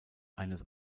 eines